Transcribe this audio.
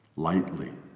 lightly